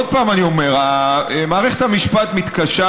עוד פעם אני אומר: מערכת המשפט מתקשה